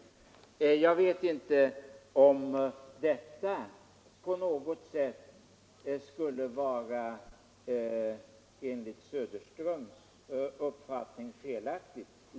Jag vet inte om detta på något sätt enligt herr Söderströms uppfattning skulle vara felaktigt.